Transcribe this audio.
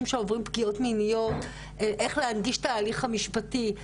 שעוברים פגיעות מיניות - איך להנגיש את הההליך המשפטי.